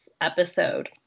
Episode